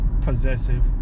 Possessive